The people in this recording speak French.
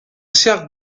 serre